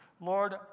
lord